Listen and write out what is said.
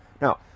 now